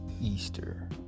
Easter